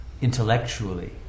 intellectually